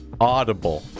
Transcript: Audible